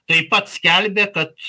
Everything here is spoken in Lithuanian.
taip pat skelbė kad